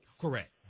Correct